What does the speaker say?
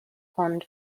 pond